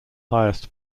highest